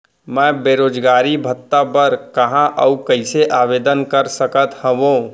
मैं बेरोजगारी भत्ता बर कहाँ अऊ कइसे आवेदन कर सकत हओं?